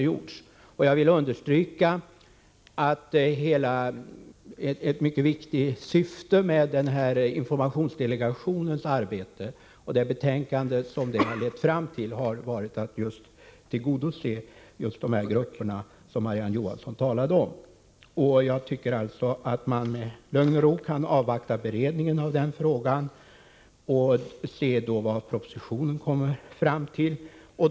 Jag vill understryka att ett mycket viktigt syfte med informationsdelegationens arbete och betänkandet som det arbetet har lett fram till har varit att just tillgodose de grupper som Marie-Ann Johansson talade om. Jag tycker att vi i lugn och ro kan avvakta beredningen av frågan och se vad man kommer fram tilli propositionen.